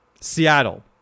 Seattle